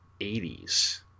80s